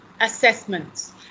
assessments